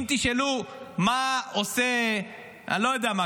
אם תשאלו מה עושה אני לא יודע מי,